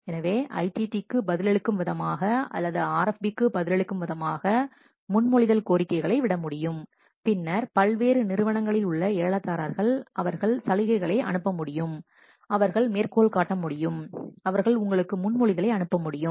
எனவே ITT க்கு பதில் அளிக்கும் விதமாக அல்லது RFP க்கு பதில் அளிக்கும் விதமாக முன்மொழிதல் கோரிக்கைகளை விடமுடியும் பின்னர் பல்வேறு நிறுவனங்களில் உள்ள ஏல தாரர்கள் அவர்கள் சலுகைகளை அனுப்ப முடியும் அவர்கள் மேற்கோள் காட்ட முடியும் அவர்கள் உங்களுக்கு முன்மொழிதலை அனுப்ப முடியும்